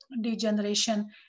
degeneration